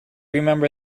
remember